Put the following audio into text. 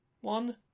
one